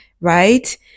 right